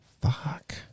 Fuck